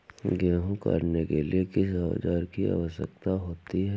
गेहूँ काटने के लिए किस औजार की आवश्यकता होती है?